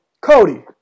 Cody